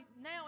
now